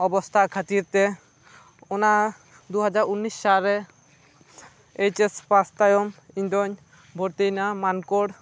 ᱚᱵᱚᱥᱛᱟ ᱠᱷᱟᱹᱛᱤᱨ ᱛᱮ ᱚᱱᱟ ᱫᱩᱦᱟᱡᱟᱨ ᱩᱱᱤᱥ ᱥᱟᱞ ᱨᱮ ᱮᱭᱤᱪ ᱮᱥ ᱯᱟᱥ ᱛᱟᱭᱚᱢ ᱤᱧᱫᱩᱧ ᱵᱷᱚᱨᱛᱤᱭᱮᱱᱟ ᱢᱟᱱᱠᱚᱲ